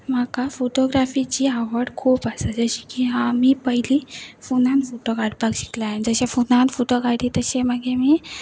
म्हाका फोटोग्राफीची आवड खूब आसा जशी की हांव आमी पयलीं फोनान फोटो काडपाक शिकले जशें फोनान फोटो काडली तशें मागीर आमी